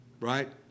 Right